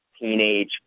teenage